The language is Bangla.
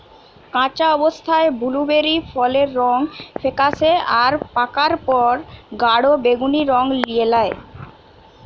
কাঁচা অবস্থায় বুলুবেরি ফলের রং ফেকাশে আর পাকার পর গাঢ় বেগুনী রং লিয়ে ল্যায়